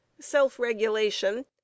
self-regulation